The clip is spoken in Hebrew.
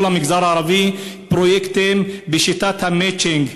למגזר הערבי פרויקטים בשיטת המצ'ינג,